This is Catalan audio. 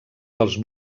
pels